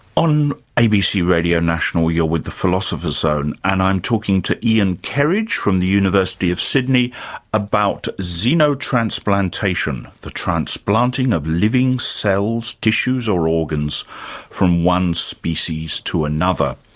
on abc radio national you're with the philosopher's zone and i'm talking to ian kerridge from the university of sydney about xenotransplantation the transplanting of living cells, tissues, or organs from one species to another.